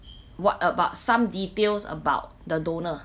what about some details about the donor